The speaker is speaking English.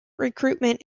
recruitment